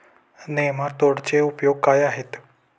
नेमाटोडचे उपयोग काय आहेत?